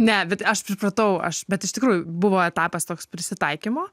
ne aš pripratau aš bet iš tikrųjų buvo etapas toks prisitaikymo